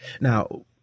Now